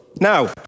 Now